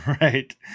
right